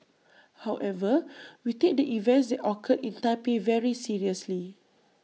however we take the events occurred in Taipei very seriously